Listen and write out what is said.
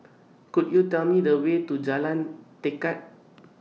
Could YOU Tell Me The Way to Jalan Tekad